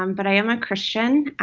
um but i am a christian.